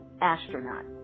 astronaut